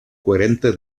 coherente